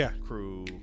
crew